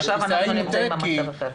עכשיו אנחנו נמצאים במצב אחר.